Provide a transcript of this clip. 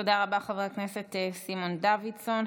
תודה רבה, חבר הכנסת סימון דוידסון.